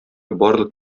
барлык